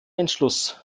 entschluss